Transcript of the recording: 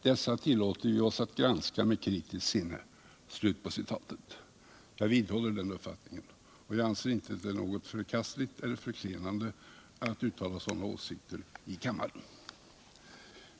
Dessa tillåter vi OSS att granska med kritiskt sinne.” Jag vidhåller den uppfattningen och anser inte att det är något förkastligt eller förklenande att uttala sådana åsikter i kammaren.